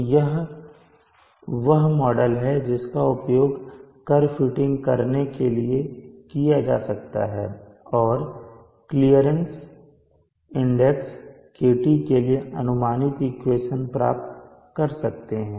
तो यह वह मॉडल है जिसका उपयोग कर्व फिटिंग करने के लिए किया जा सकता है और क्लियरनेस इंडेक्स KT के लिए अनुमानित इक्वेशन प्राप्त कर सकते हैं